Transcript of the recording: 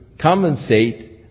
compensate